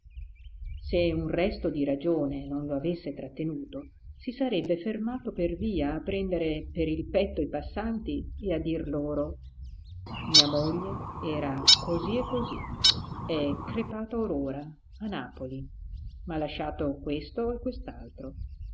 se un resto di ragione non lo avesse trattenuto si sarebbe fermato per via a prendere per il petto i passanti e a dir loro mia moglie era così e così è crepata or ora a napoli m'ha lasciato questo